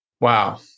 wow